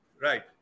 Right